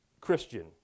Christian